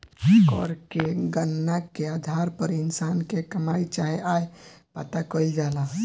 कर के गणना के आधार पर इंसान के कमाई चाहे आय पता कईल जाला